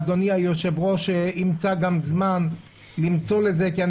אדוני היושב-ראש ימצא זמן לקיים על זה דיון כי אני